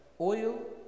oil